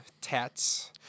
tats